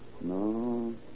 No